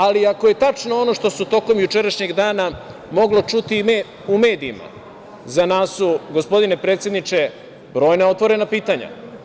Ali, ako je tačno ono što se tokom jučerašnjeg dana moglo čuti u medijima, Za nas su, gospodine predsedniče, brojna otvorena pitanja.